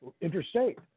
interstate